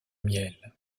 miel